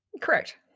correct